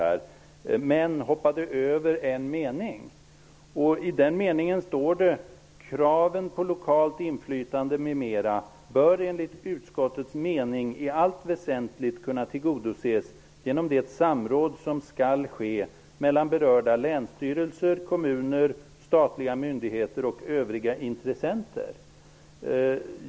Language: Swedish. Men han hoppade över en mening, där det står följande: ''Kraven på lokalt inflytande m.m. bör enligt utskottets mening i allt väsentligt kunna tillgodoses genom det samråd som skall ske mellan berörda länsstyrelser, kommuner, statliga myndigheter och övriga intressenter.''